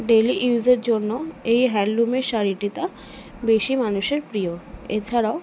daily ইউজের জন্য এই হ্যান্ডলুমের শাড়িটা বেশি মানুষের প্রিয় এছাড়াও